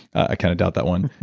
i kinda doubt that one.